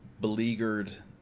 beleaguered